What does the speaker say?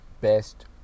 best